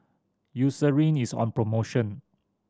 Eucerin is on promotion